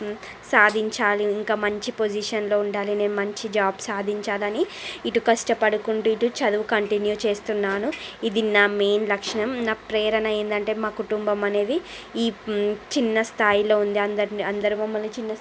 సాధించాలి ఇంకా మంచి పొజిషన్లో ఉండాలి నేను మంచి జాబ్ సాధించాలి అని ఇటు కష్టపడుకుంటూ ఇటు చదువు కంటిన్యూ చేస్తున్నాను ఇది నా మెయిన్ లక్షణం నా ప్రేరణ ఏమిటంటే మా కుటుంబం అనేది ఈ చిన్న స్థాయిలో ఉంది అందరిని అందరూ మమ్మల్ని చిన్న